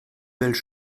belles